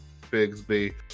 Bigsby